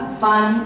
fun